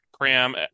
cram